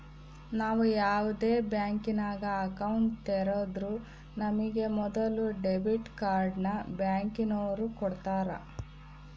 ನಾವು ಯಾವ್ದೇ ಬ್ಯಾಂಕಿನಾಗ ಅಕೌಂಟ್ ತೆರುದ್ರೂ ನಮಿಗೆ ಮೊದುಲು ಡೆಬಿಟ್ ಕಾರ್ಡ್ನ ಬ್ಯಾಂಕಿನೋರು ಕೊಡ್ತಾರ